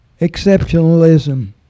exceptionalism